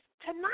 Tonight